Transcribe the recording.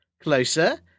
Closer